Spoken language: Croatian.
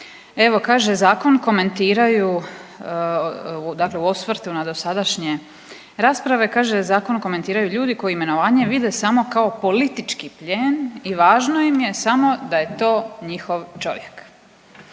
evo kaže zakon komentiraju dakle u osvrtu na dosadašnje rasprave kaže zakon komentiraju ljudi koji imenovanje vide samo kao politički plijen i važno im je samo da je to njihov čovjek